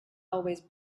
always